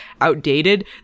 outdated